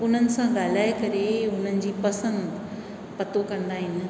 उन्हनि सां ॻाल्हाए करे हुननि जी पसंदि पतो कंदा आहिनि